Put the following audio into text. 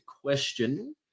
question